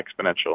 exponential